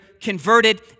converted